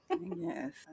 Yes